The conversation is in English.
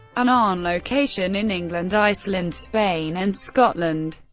and on location in england, iceland, spain, and scotland.